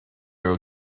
her